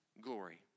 glory